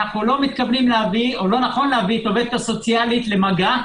לא נכון להביא את העובדת הסוציאלית למגע,